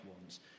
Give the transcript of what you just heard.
ones